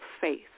faith